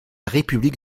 république